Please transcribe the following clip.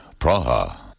Praha